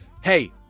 Hey